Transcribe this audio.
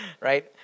Right